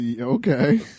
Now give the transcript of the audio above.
Okay